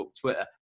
Twitter